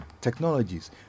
technologies